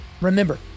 remember